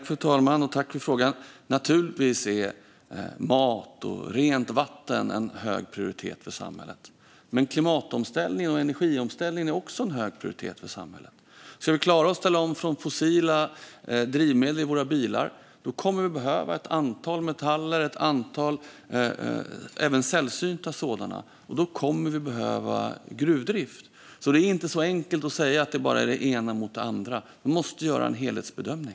Fru talman! Naturligtvis har mat och rent vatten hög prioritet för samhället, men klimat och energiomställning har också hög prioritet för samhället. Om vi ska klara att ställa om från fossila drivmedel till våra bilar kommer vi att behöva ett antal metaller, även sällsynta sådana, och då kommer vi att behöva gruvdrift. Det är alltså inte så enkelt att bara ställa det ena mot det andra. Man måste göra en helhetsbedömning.